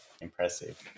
impressive